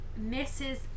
Mrs